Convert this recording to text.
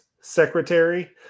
secretary